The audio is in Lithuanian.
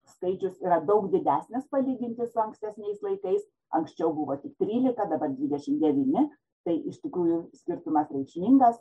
skaičius yra daug didesnis palyginti su ankstesniais laikais anksčiau buvo tik trylika dabar dvidešimt devyni tai iš tikrųjų skirtumas reikšmingas